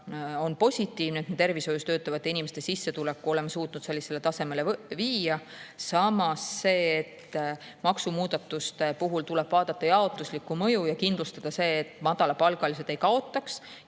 on positiivne, et tervishoius töötavate inimeste sissetuleku oleme suutnud sellisele tasemele viia. Samas tuleb maksumuudatuste puhul vaadata jaotuslikku mõju ja kindlustada seda, et madalapalgalised ei kaotaks.